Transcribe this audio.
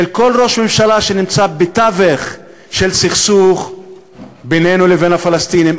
כל ראש ממשלה שנמצא בתווך של סכסוך בינינו לבין הפלסטינים.